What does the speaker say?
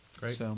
Great